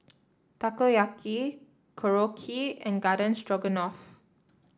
Takoyaki Korokke and Garden Stroganoff